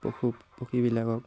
পশু পক্ষীবিলাকক